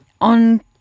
On